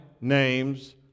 name's